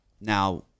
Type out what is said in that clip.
now